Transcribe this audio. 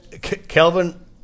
Kelvin